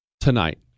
tonight